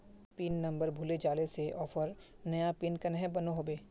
Pin number भूले जाले से ऑफर नया पिन कन्हे बनो होबे?